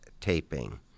taping